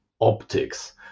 optics